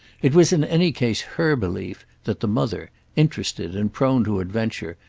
it was in any case her belief that the mother, interested and prone to adventure,